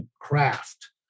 craft